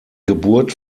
geburt